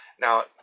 Now